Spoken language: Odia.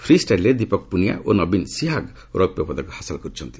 ଫ୍ରି ଷ୍ଟାଇଲ୍ରେ ଦୀପକ ପୁନିଆ ଓ ନବୀନ ସିହାଗ ରୌପ୍ୟ ପଦକ ହାସଲ କରିଛନ୍ତି